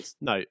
No